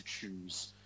choose